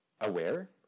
aware